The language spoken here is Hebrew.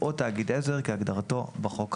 או תאגיד עזר כהגדרתו בחוק האמור.